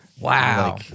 Wow